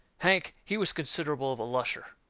hank, he was considerable of a lusher.